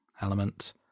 element